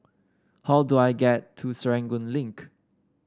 how do I get to Serangoon Link